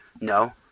No